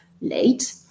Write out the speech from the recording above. late